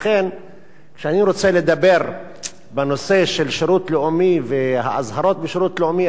לכן כשאני רוצה לדבר בנושא של שירות לאומי והאזהרות בשירות לאומי,